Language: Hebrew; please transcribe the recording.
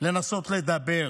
לנסות לדבר.